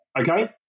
okay